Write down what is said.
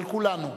על כולנו,